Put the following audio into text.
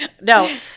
No